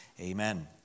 amen